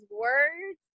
words